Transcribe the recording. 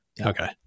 Okay